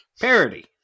Parody